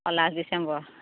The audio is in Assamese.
last December